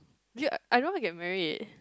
actually I don't wanna get married